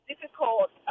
difficult